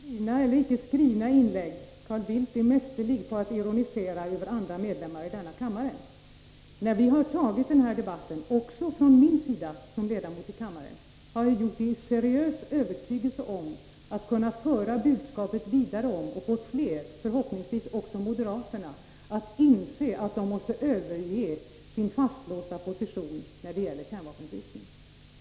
Herr talman! Skrivna eller icke skrivna inlägg — Carl Bildt är mästerlig på att ironisera över andra medlemmar av denna kammare. När vi tagit denna debatt — och det gäller också mig som ledamot av kammaren — har vi gjort det i seriös övertygelse om att vi skall föra budskapet vidare till fler — förhoppningsvis också till moderaterna och få dem att inse att man måste överge sin fastlåsta position när det gäller kärnvapenfrysningen.